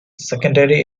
secondary